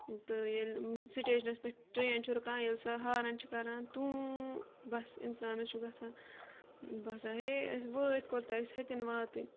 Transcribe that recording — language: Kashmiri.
تہٕ ییٚلہِ سٕٹیشنَس پٮ۪ٹھ ٹرٛین چھِ رُکان ییٚلہِ سۄ ہارَن چھِ کَران توٗ بَس اِنسانَس چھُ گژھان باسان ہے أسۍ وٲتۍ کوٚتام أسۍ ہیٚتِن واتٕنۍ